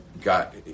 got